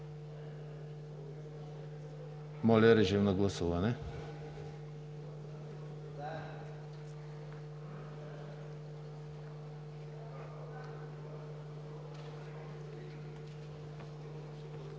Моля, режим на гласуване